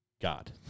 God